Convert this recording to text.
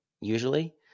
usually